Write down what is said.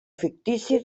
fictici